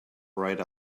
right